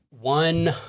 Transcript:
One